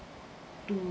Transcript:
to